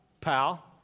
pal